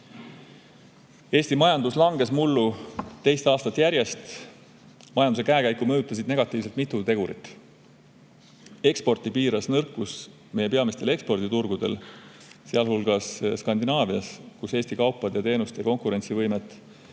Eesti majandus langes mullu teist aastat järjest. Majanduse käekäiku mõjutasid negatiivselt mitu tegurit. Eksporti piiras nõrkus meie peamistel eksporditurgudel, sealhulgas Skandinaavias, kus Eesti kaupade ja teenuste konkurentsivõimet